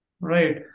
Right